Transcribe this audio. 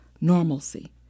normalcy